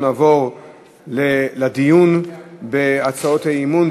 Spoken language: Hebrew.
אנחנו נעבור לדיון בהצעות האי-אמון.